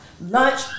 lunch